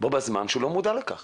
בו בזמן שהוא לא מודע לכך